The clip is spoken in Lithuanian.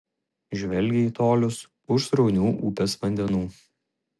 žvelgia į tolius už sraunių upės vandenų